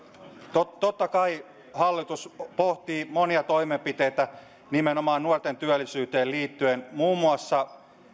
totta totta kai hallitus pohtii monia toimenpiteitä nimenomaan nuorten työllisyyteen liittyen muun muassa